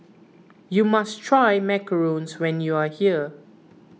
you must try Macarons when you are here